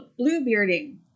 bluebearding